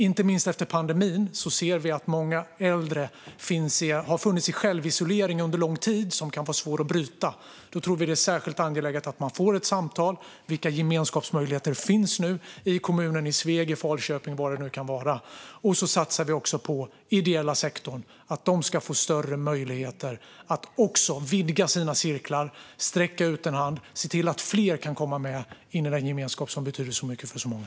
Inte minst efter pandemin ser vi att många äldre under lång tid har befunnit sig i självisolering som kan vara svår att bryta. Vi tror att det då är särskilt angeläget att man får ett samtal om vilka gemenskapsmöjligheter som finns i kommunen i Sveg, Falköping eller var det nu kan vara. Vi satsar också på den ideella sektorn så att den ska få större möjligheter att vidga sina cirklar, sträcka ut en hand och se till att fler kan komma in i den gemenskap som betyder så mycket för så många.